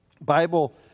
Bible